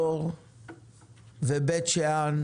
חצור, צפת ובית שאן